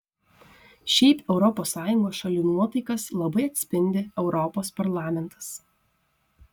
šiaip europos sąjungos šalių nuotaikas labai atspindi europos parlamentas